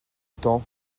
temps